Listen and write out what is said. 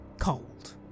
cold